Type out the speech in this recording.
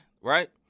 right